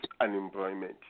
unemployment